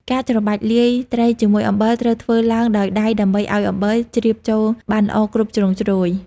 ការច្របាច់លាយ ត្រីជាមួយអំបិលត្រូវធ្វើឡើងដោយដៃដើម្បីឱ្យអំបិលជ្រាបចូលបានល្អគ្រប់ជ្រុងជ្រោយ។